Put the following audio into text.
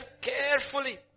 carefully